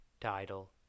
title